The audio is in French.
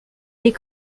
les